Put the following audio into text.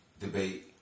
debate